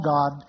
God